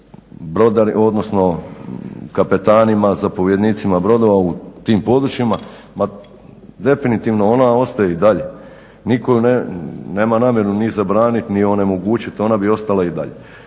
brodarima, odnosno kapetanima, zapovjednicima brodova u tim područjima ma definitivno ona ostaju i dalje nitko ju nema namjeru ni zabraniti ni onemogućiti, ona bi ostala i dalje,